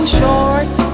short